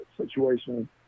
situation